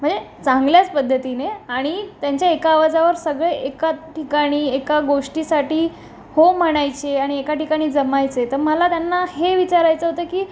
म्हणजे चांगल्याच पद्धतीने आणि त्यांच्या एका आवाजावर सगळे एका ठिकाणी एका गोष्टीसाठी हो म्हणायचे आणि एका ठिकाणी जमायचे तर मला त्यांना हे विचारायचं होतं की